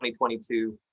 2022